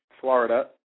Florida